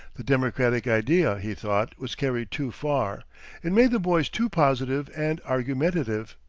the democratic idea, he thought, was carried too far it made the boys too positive and argumentative.